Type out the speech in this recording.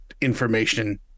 information